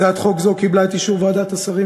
הצעת חוק זו קיבלה את אישור ועדת השרים